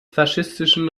faschistischen